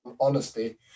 honesty